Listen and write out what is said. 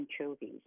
anchovies